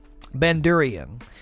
Bandurian